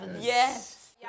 Yes